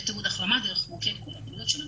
ותיעוד החלמה דרך מוקד "כל הבריאות" של המשרד.